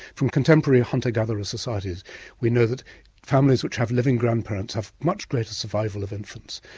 from contemporary hunter-gatherer societies we know that families which have living grandparents have much greater survival of infants.